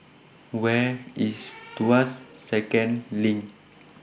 Where IS Tuas Second LINK